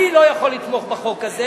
אני לא יכול לתמוך בחוק הזה.